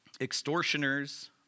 extortioners